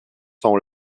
sont